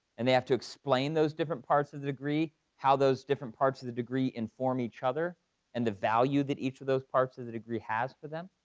and they have to explain those different parts of the degree. how those different parts of the degree inform each other and the value that each of those parts of the degree has for them.